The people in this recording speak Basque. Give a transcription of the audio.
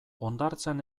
hondartzan